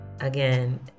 again